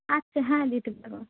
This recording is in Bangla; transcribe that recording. আচ্ছা হ্যাঁ দিতে পারবো